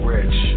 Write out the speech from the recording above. Rich